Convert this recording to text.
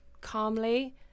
calmly